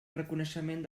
reconeixement